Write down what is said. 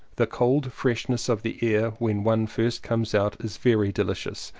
the cold freshness of the air when one first comes out is very delicious,